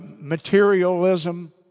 materialism